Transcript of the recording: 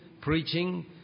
preaching